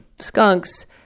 skunks